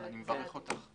אני מברכת אותך.